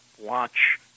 watch